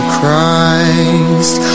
Christ